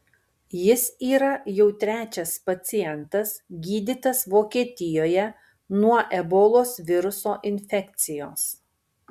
jis yra jau trečias pacientas gydytas vokietijoje nuo ebolos viruso infekcijos